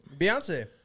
Beyonce